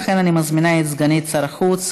לכן אני מזמינה את סגנית שר החוץ,